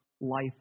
life